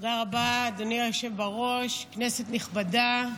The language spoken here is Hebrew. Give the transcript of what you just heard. תודה רבה אדוני היושב בראש, כנסת נכבדה.